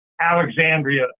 Alexandria